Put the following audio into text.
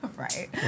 Right